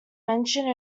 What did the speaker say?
mentioned